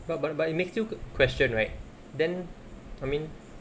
but but but it makes you q~ question right then I mean